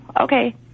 Okay